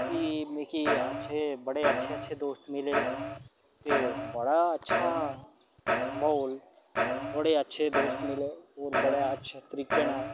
फ्ही मिकी अच्छे बड़े अच्छे अच्छे दोस्त मिले ते बड़ा अच्छा म्हौल बड़े अच्छे दोस्त मिले होर बड़े अच्छे तरीके ने